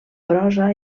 prosa